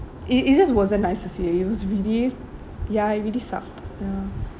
it it just wasn't nice to see it was really ya it really sucked ya